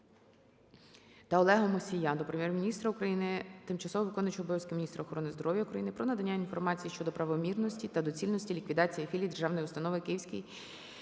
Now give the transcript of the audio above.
та Олега Мусія до Прем'єр-міністра України, тимчасово виконуючої обов'язки міністра охорони здоров'я України про надання інформації щодо правомірності та доцільності ліквідації філій Державної установи "Київський